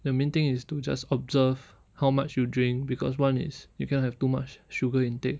the main thing is to just observe how much you drink because one is you cannot have too much sugar intake